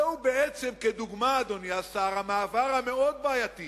זהו בעצם, כדוגמה, אדוני השר, המעבר הבעייתי